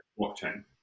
blockchain